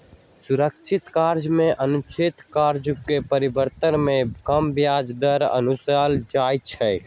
सुरक्षित करजा में असुरक्षित करजा के परतर में कम ब्याज दर असुलल जाइ छइ